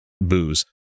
booze